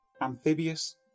amphibious